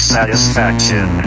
Satisfaction